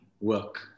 work